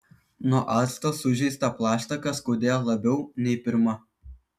nuo acto sužeistą plaštaką skaudėjo labiau nei pirma